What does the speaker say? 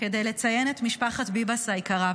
כדי לציין את משפחת ביבס היקרה.